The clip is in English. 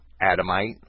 Adamite